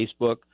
Facebook